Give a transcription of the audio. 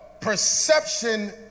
perception